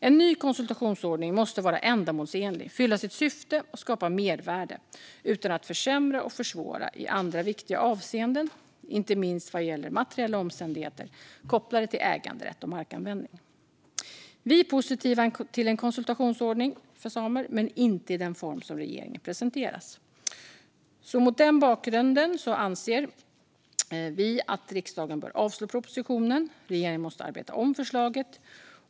En ny konsultationsordning måste vara ändamålsenlig, fylla sitt syfte och skapa mervärde utan att försämra och försvåra i andra viktiga avseenden, inte minst vad gäller materiella omständigheter kopplade till äganderätt och markanvändning. Vi är positiva till en konsultationsordning för samer, men inte i den form som regeringen presenterat. Mot den bakgrunden anser vi att riksdagen bör avslå propositionen. Regeringen måste arbeta om förslaget.